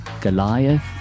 Goliath